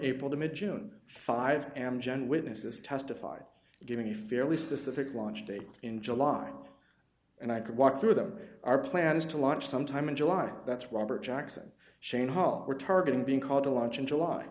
able to mid june five amgen witnesses testified giving a fairly specific launch date in july and i could walk through them our plan is to launch sometime in july that's robert jackson shane hart we're targeting being called a lodge in july